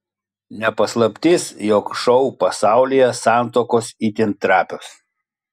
ne paslaptis jog šou pasaulyje santuokos itin trapios